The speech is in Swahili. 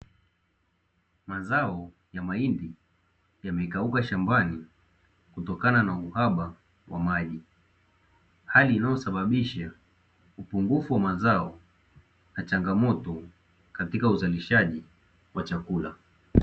Mazao ya mahindi yamekauka shambani kutokana na uhaba wa maji, hali iliyosababisha upungufu wa mazao na changamoto katika uzalishaji wa chakula.